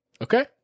Okay